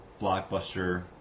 blockbuster